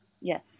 Yes